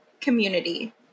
community